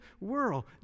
world